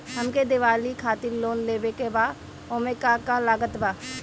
हमके दिवाली खातिर लोन लेवे के बा ओमे का का लागत बा?